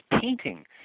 painting